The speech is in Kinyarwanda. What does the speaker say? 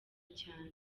cyane